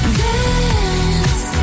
dance